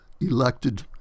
elected